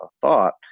thought